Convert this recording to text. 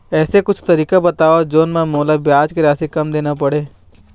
ऐसे कुछू तरीका बताव जोन म मोला ब्याज के राशि कम देना पड़े?